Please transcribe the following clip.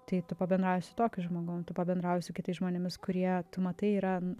tai tu pabendrauji su tokiu žmogum tu pabendrauji su kitais žmonėmis kurie tu matai yra